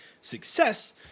Success